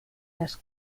las